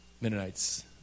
Mennonite's